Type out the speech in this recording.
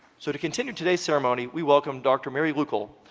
so, to continue today's ceremony we welcome dr. mary lucal,